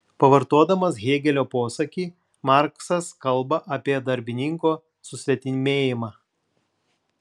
pavartodamas hėgelio posakį marksas kalba apie darbininko susvetimėjimą